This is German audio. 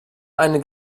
eine